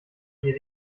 ihr